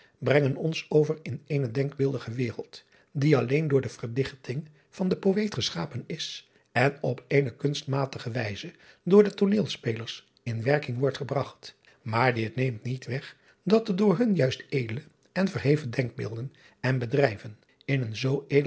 brengen ons over in eene denkbeeldige wereld die alleen door de verdichting van den po et geschapen is en op eene kunstmatige wijze door de tooneelspelers in werking wordt gebragt maar dit neemt niet weg dat er door hun juist edele en verheven denkbeelden en bedrijven in een zoo